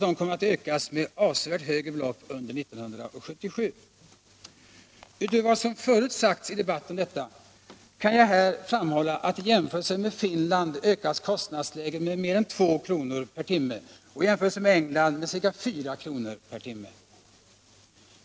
De kommer att uppgå till avsevärt högre belopp under 1977. Utöver vad som förut sagts i debatten om detta kan jag här framhålla att i jämförelse med Finland ökas kostnadsläget med mer än 2 kr. per timme och i jämförelse med England med ca 4kr. per timme.